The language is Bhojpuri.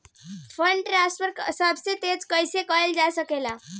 फंडट्रांसफर सबसे तेज कइसे करल जा सकेला?